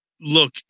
look